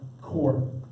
core